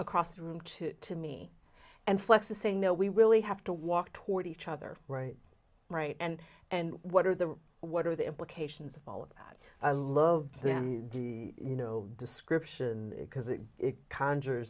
across the room to to me and flex say no we really have to walk toward each other right right and and what are the what are the implications of all of that i love the you know description because it it conjure